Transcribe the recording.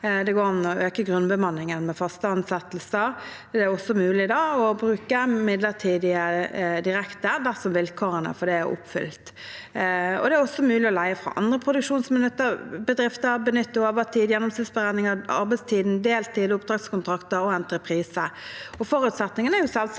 Det går an å øke grunnbemanningen med faste ansettelser, og det er også mulig å bruke midlertidige direkte, dersom vilkårene for det er oppfylt. Det er også mulig å leie fra andre produksjonsbedrifter, benytte overtid, gjennomsnittsberegning av arbeidstiden, deltid, oppdragskontrakter og entreprise. Forutsetningen er selvsagt